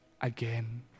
again